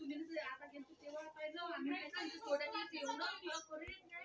तुरीले वल लागली त का करा लागन?